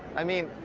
i mean.